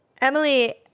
Emily